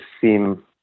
seem